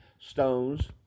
Stones